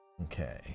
Okay